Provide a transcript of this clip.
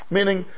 Meaning